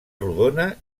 rodona